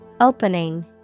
Opening